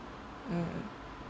mm